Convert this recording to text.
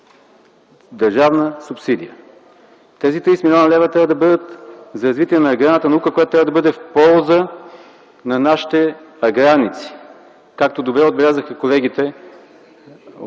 държавна субсидия. Тези 30 млн. лв. трябва да бъдат за развитие на аграрната наука, която трябва да бъде в полза на нашите аграрници. Както добре отбелязаха колегите,